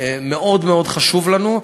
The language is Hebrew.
מאוד מאוד חשוב לנו,